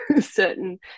certain